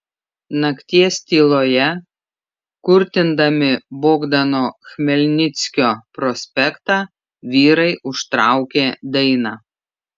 nakties tyloje kurtindami bogdano chmelnickio prospektą vyrai užtraukė dainą